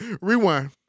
rewind